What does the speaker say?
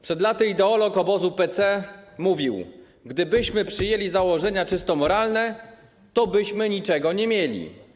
Przed laty ideolog obozu PC mówił: Gdybyśmy przyjęli założenia czysto moralne, tobyśmy nigdy niczego nie mieli.